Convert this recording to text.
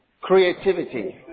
creativity